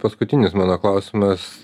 paskutinis mano klausimas